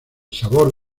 sabor